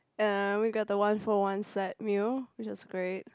uh we got the one for one set meal which was great